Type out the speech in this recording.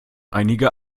einige